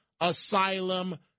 asylum